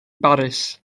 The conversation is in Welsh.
baris